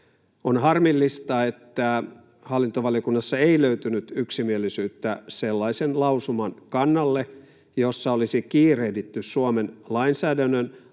On harmillista, että hallintovaliokunnassa ei löytynyt yksimielisyyttä sellaisen lausuman kannalle, jossa olisi kiirehditty Suomen lainsäädännön